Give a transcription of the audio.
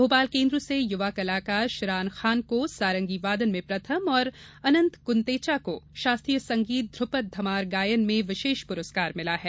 भोपाल केन्द्र से युवा कलाकार शिरान खान को सारंगी वादन में प्रथम और अनंत गुंदेचा को शास्त्रीय संगीत ध्र्पद धमार गायन में विशेष पुरस्कार मिला है